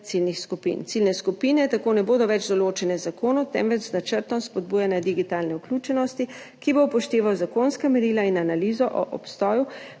ciljnih skupin. Ciljne skupine tako ne bodo več določene z zakonom, temveč z načrtom spodbujanja digitalne vključenosti, ki bo upošteval zakonska merila in analizo o obstoju